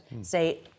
say